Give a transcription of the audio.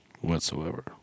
whatsoever